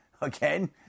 again